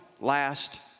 last